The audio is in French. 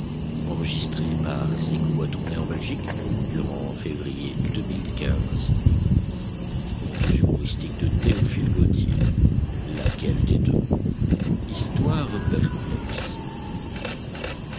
fantastique laquelle des deux histoire